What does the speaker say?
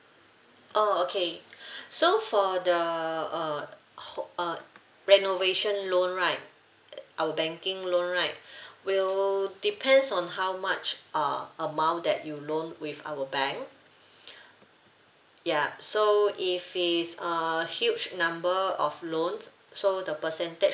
oh okay so for the uh ho~ uh renovation loan right our banking loan right will depends on how much uh amount that you loan with our bank yup so if it's err huge number of loans so the percentage